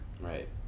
Right